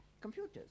computers